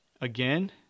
Again